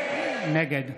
נגד